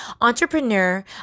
entrepreneur